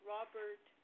Robert